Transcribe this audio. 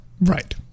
right